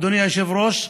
אדוני היושב-ראש,